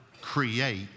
create